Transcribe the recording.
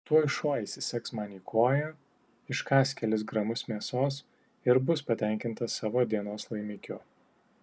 tuoj šuo įsisegs man į koją iškąs kelis gramus mėsos ir bus patenkintas savo dienos laimikiu